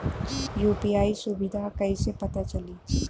UPI सुबिधा कइसे पता चली?